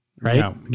Right